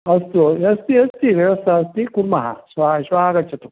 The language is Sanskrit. अस्तु अस्ति अस्ति व्यवस्था अस्ति कुर्मः श्वः श्वः आगच्छतु